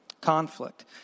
conflict